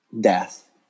death